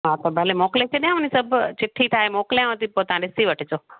हा त भले मोकिले छॾियांव न सभु चिठी ठाहे मोकिलियांव थी पोइ तव्हां ॾिसी वठिजो